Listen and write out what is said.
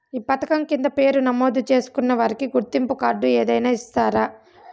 ఈ పథకం కింద పేరు నమోదు చేసుకున్న వారికి గుర్తింపు కార్డు ఏదైనా ఇస్తారా?